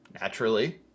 Naturally